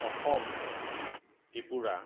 Assam Tripura